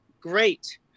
Great